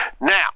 Now